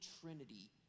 trinity